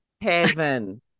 heaven